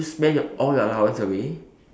you just spend all your allowance away